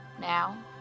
Now